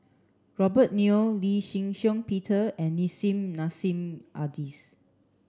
Robert Yeo Lee Shih Shiong Peter and Nissim Nassim Adis